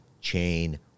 chain